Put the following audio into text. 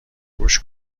گوش